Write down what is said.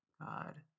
God